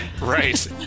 Right